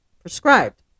prescribed